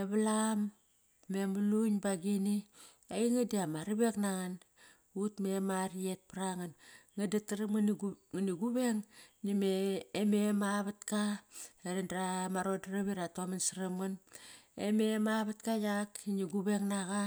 e valam, me mlun bagini einge diama ravek nangan, ut mer arayet par angan. Nganataram ngani guveng name mem avatka. Ama rondarap irataman saram ngan e mem avatka yak, ngi guveng na qa,